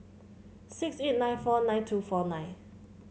six eight nine four nine two four nine